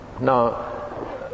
Now